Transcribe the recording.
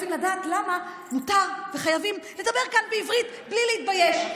רוצים לדעת למה מותר וחייבים לדבר כאן בעברית בלי להתבייש: